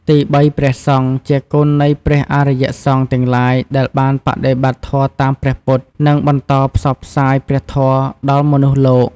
ទីបី ព្រះសង្ឃ ជាគុណនៃព្រះអរិយសង្ឃទាំងឡាយដែលបានបដិបត្តិធម៌តាមព្រះពុទ្ធ និងបន្តផ្សព្វផ្សាយព្រះធម៌ដល់មនុស្សលោក។